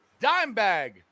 Dimebag